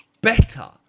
better